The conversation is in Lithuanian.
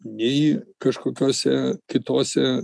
nei kažkokiuose kituose